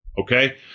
okay